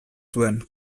zuen